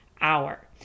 hour